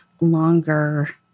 longer